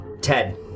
Ted